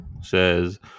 says